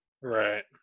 Right